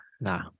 Nah